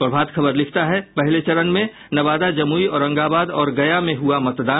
प्रभात खबर लिखता है पहले चरण में नवादा जमुई औरंगाबाद और गया में हुआ मतदान